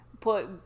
put